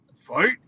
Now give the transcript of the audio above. Fight